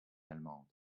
allemande